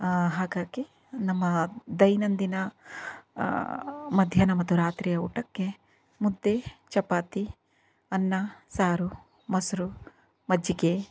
ಹಾಗಾಗಿ ನಮ್ಮ ದೈನಂದಿನ ಮಧ್ಯಾಹ್ನ ಮತ್ತು ರಾತ್ರಿಯ ಊಟಕ್ಕೆ ಮುದ್ದೆ ಚಪಾತಿ ಅನ್ನ ಸಾರು ಮೊಸರು ಮಜ್ಜಿಗೆ